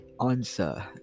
answer